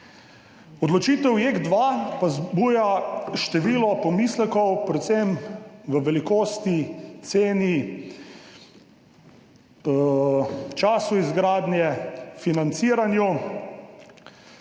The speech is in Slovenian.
Odločitev o JEK2 pa vzbuja številne pomisleke, predvsem o velikosti, ceni, času izgradnje, financiranju